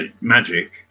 magic